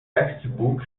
textbook